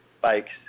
bikes